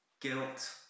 Guilt